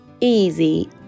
easy